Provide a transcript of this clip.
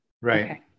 Right